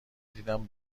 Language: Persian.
دیدم